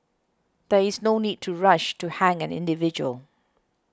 there is no need to rush to hang an individual